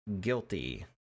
guilty